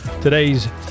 Today's